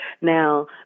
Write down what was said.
Now